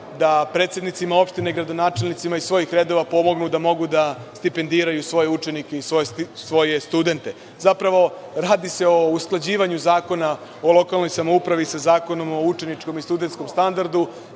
da predsednicima opštine i gradonačelnicima iz svojih redova pomognu da mogu da stipendiraju svoje učenike i svoje studente. Zapravo, radi se o usklađivanju zakona o lokalnoj samoupravi sa Zakonom o učeničkom standardu,